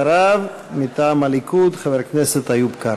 אחריו, מטעם הליכוד, חבר הכנסת איוב קרא.